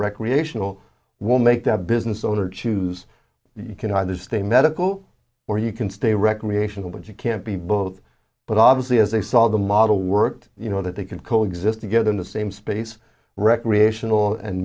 recreational will make the business owner choose you can either stay medical or you can stay recreational but you can't be both but obviously as i saw the model worked you know that they could coexist together in the same space recreational and